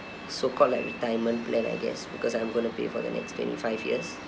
so-called like retirement plan I guess because I'm going to pay for the next twenty five years